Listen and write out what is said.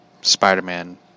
Spider-Man